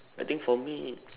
I think for me